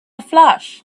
flash